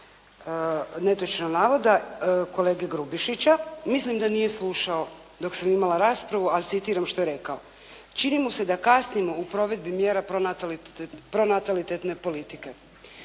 netočna navoda kolege Grubišića, mislim da nije slušao dok sam imala raspravu, ali citiram što je rekao: "Čini mu se da kasnimo u provedbi mjera pronatalitetne politike."